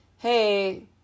Hey